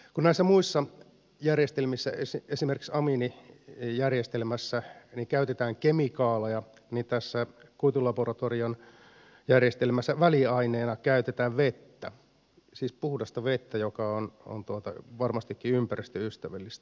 kun näissä muissa järjestelmissä esimerkiksi amiinijärjestelmässä käytetään kemikaaleja niin tässä kuitulaboratorion järjestelmässä väliaineena käytetään vettä siis puhdasta vettä joka on varmastikin ympäristöystävällistä